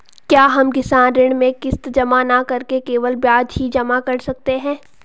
क्या हम किसान ऋण में किश्त जमा न करके केवल ब्याज ही जमा कर सकते हैं?